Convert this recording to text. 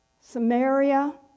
Samaria